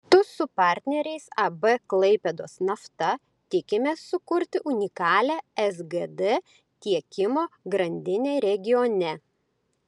kartu su partneriais ab klaipėdos nafta tikimės sukurti unikalią sgd tiekimo grandinę regione